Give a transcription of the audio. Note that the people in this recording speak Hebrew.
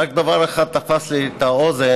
רק דבר אחד תפס לי את האוזן,